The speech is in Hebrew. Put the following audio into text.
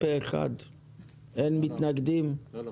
הצבעה ההסתייגות לא אושרה.